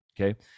Okay